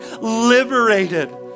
liberated